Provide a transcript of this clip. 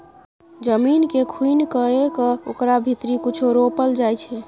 जमीन केँ खुनि कए कय ओकरा भीतरी कुछो रोपल जाइ छै